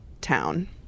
town